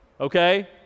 Okay